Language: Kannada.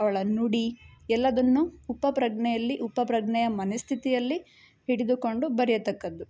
ಅವಳ ನುಡಿ ಎಲ್ಲದನ್ನೂ ಉಪಪ್ರಜ್ಞೆಯಲ್ಲಿ ಉಪಪ್ರಜ್ಞೆಯ ಮನಸ್ಥಿತಿಯಲ್ಲಿ ಹಿಡಿದುಕೊಂಡು ಬರೆಯತಕ್ಕದ್ದು